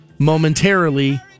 momentarily